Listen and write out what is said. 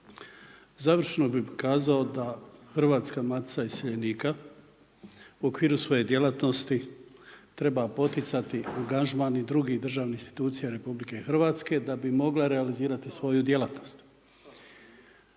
Završno bi kazao da Hrvatska matica iseljenika, u okviru svoje djelatnosti treba poticati angažman i druge državne institucije RH da bi mogla realizirati svoju djelatnost.